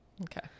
Okay